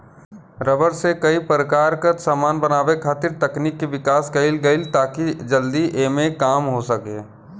rubber से कई प्रकार क समान बनावे खातिर तकनीक के विकास कईल गइल ताकि जल्दी एमे काम हो सके